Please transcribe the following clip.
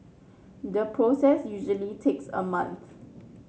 the process usually takes a month